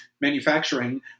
manufacturing